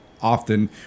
Often